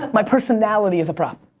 my personality is a prop.